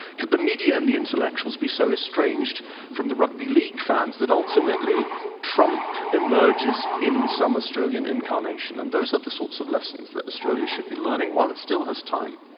could the media and the intellectuals be so estranged from the rugby league fans that ultimately ultimately trump emerges in some australian incarnation. and those are the sorts of lesson that australia should be learning while it still has time.